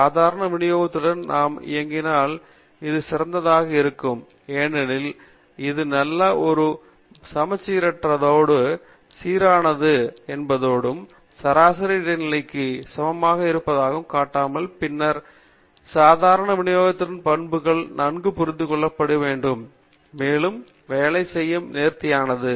சாதாரண விநியோகத்துடன் நாம் இயங்கினால் அது சிறந்ததாக இருக்கும் ஏனெனில் இது நல்லது மற்றும் சமச்சீரானது என்பதோடு சராசரி இடைநிலைக்கு சமமாக இருப்பதைக் காட்டலாம் பின்னர் சாதாரண விநியோகத்தின் பண்புகள் நன்கு புரிந்து கொள்ளப்படும் மேலும் வேலை செய்ய நேர்த்தியானது